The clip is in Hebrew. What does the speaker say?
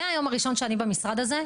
מהיום הראשון שאני במשרד הזה,